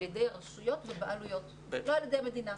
ידי רשויות ובעלויות ולא על ידי המדינה.